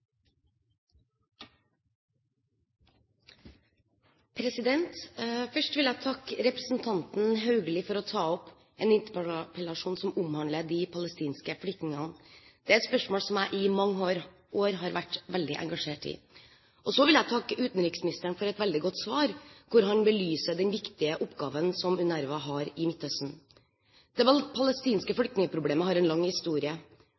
et spørsmål som jeg i mange år har vært veldig engasjert i. Så vil jeg takke utenriksministeren for et veldig godt svar, hvor han belyser den viktige oppgaven som UNRWA har i Midtøsten. Det palestinske flyktningproblemet har en lang historie.